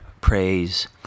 praise